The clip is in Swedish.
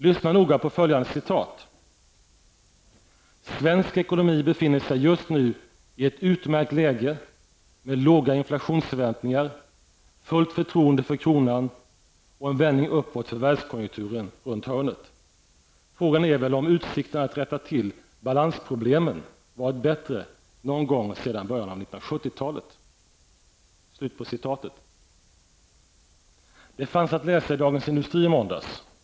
Lyssna noga på följande citat: ''Svensk ekonomi befinner sig just nu i ett utmärkt läge med låga inflationsförväntningar, fullt förtroende för kronan och en vändning uppåt för världskonjunkturen runt hörnet... Frågan är väl om utsikterna att rätta till balansproblemen varit bättre någon gång sedan början av 1970-talet.'' Slut på citatet. Det fanns att läsa i Dagens Industri i måndags.